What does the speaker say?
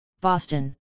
Boston